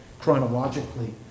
chronologically